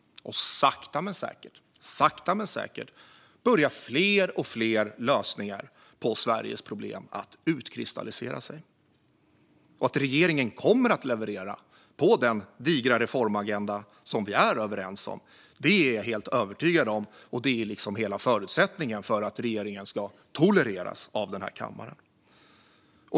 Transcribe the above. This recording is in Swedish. Sakta men säkert börjar fler och fler lösningar på Sveriges problem att utkristallisera sig. Att regeringen kommer att leverera på den digra reformagenda som vi är överens om är jag helt övertygad om. Det är liksom hela förutsättningen för att regeringen ska tolereras av kammaren.